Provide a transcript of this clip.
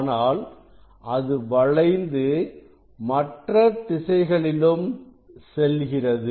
ஆனால் அது வளைந்து மற்ற திசைகளிலும் செல்கிறது